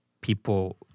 people